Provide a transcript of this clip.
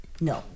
No